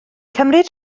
cymryd